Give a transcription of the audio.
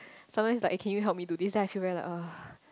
sometimes like eh can you help do this then I feel very like ugh